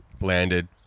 landed